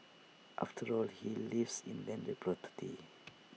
after all he lives in landed property